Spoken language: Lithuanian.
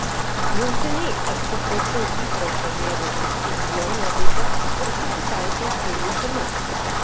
jau seniai atsikračiau įpročio mėgautis irzlia nuotaika ir susitaikiau su likimu